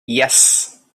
yes